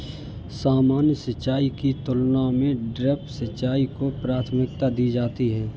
सामान्य सिंचाई की तुलना में ड्रिप सिंचाई को प्राथमिकता दी जाती है